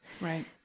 Right